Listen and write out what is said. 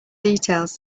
details